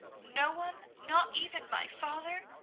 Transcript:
no one, not even my father!